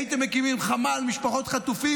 הייתם מקימים חמ"ל משפחות חטופים,